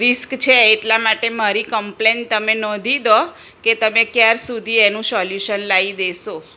રિક્સ છે એટલા માટે મારી કમ્પ્લેઈન્ટ તમે નોંધી દો કે તમે ક્યાં સુધી એનું સોલ્યુશન લાવી દેશો